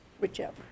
Whichever